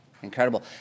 Incredible